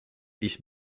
ich